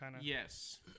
Yes